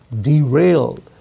derailed